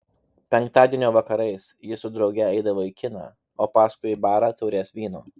penktadienio vakarais ji su drauge eidavo į kiną o paskui į barą taurės vyno